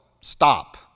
stop